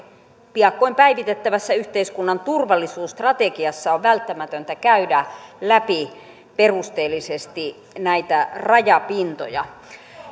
piakkoin päivitettävässä yhteiskunnan turvallisuusstrategiassa on välttämätöntä käydä läpi perusteellisesti näitä rajapintoja